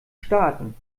starten